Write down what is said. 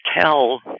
tell